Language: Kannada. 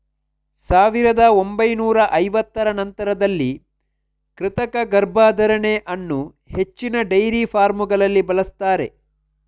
ಸಾವಿರದ ಒಂಬೈನೂರ ಐವತ್ತರ ನಂತರದಲ್ಲಿ ಕೃತಕ ಗರ್ಭಧಾರಣೆ ಅನ್ನು ಹೆಚ್ಚಿನ ಡೈರಿ ಫಾರ್ಮಗಳಲ್ಲಿ ಬಳಸ್ತಾರೆ